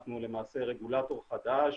אנחנו למעשה רגולטור חדש,